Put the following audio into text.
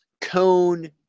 cone